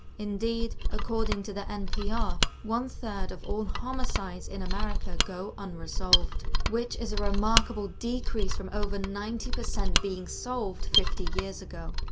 indeed, according to npr, one third of all homicides in america go unresolved, which is a remarkable decrease from over ninety percent being solved fifty years ago.